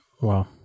wow